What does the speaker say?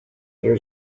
there